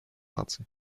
наций